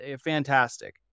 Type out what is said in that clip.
fantastic